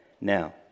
Now